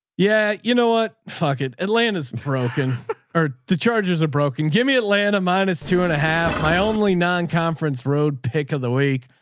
yeah. you know what? fuck it. atlanta is broken or the charges are broken. me atlanta minus two and a half. my only non-conference road pick of the week.